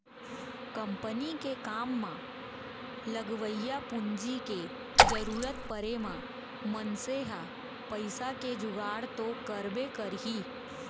company के काम म लगवइया पूंजी के जरूरत परे म मनसे ह पइसा के जुगाड़ तो करबे करही